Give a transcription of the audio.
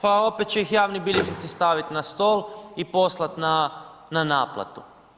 Pa opet će ih javni bilježnici stavit na stol i poslat na naplatu.